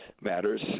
matters